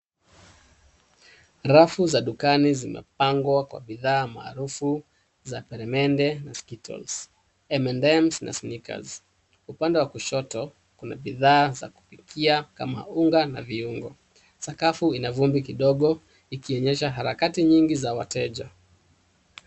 Rafu za dukani zimepangwa kwa bidhaa maarufu za peremende na [c.s]skittles, emendems na snickers. Upande wa kushoto kuna bidhaa za kupikia kama unga na viungo. Sakafu ina vumbi kidogo ikionyesha harakati nyingi za wateja.